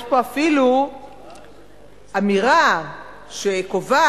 יש פה אפילו אמירה שקובעת